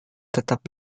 tetap